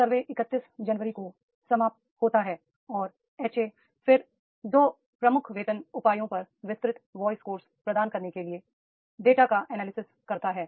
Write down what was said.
सर्वे 31 जनवरी को समाप्त होता है और एच ए फिर 2 प्रमुख वेतन उपायों पर विस्तृत वॉयस कोर्स प्रदान करने के लिए डेटा का एनालिसिस करता है